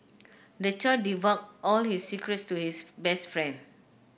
the child divulged all his secrets to his best friend